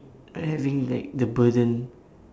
as in like the burden